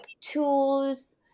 tools